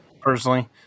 Personally